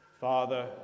Father